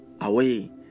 away